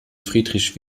friedrich